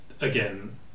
again